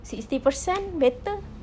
sixty percent better